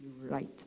right